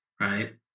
Right